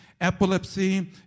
epilepsy